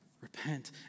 Repent